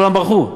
כולם ברחו.